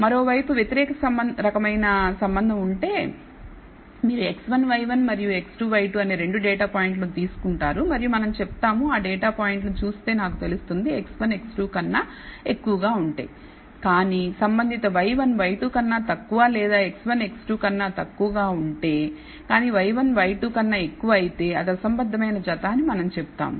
మరోవైపు వ్యతిరేక రకమైన సంబంధం ఉంటే ఉంటే మీరు x1 y1మరియు x2 y2 అనే 2 డేటా పాయింట్లను తీసుకుంటారు మరియు మనం చెప్తాము ఆ డేటా పాయింట్లు చూస్తే నాకు తెలుస్తుందిx1x2 కన్నా ఎక్కువగా ఉంటే కానీ సంబంధిత y1y2 కన్నా తక్కువ లేదాx1 x2 కన్నా తక్కువగా ఉంటే కానీ y1 y2 కన్నా ఎక్కువ అయితే అది అసంబద్ధమైన జత అని మనం చెప్తాము